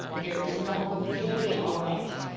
there is no, you'll be all right,